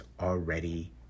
already